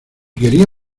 quería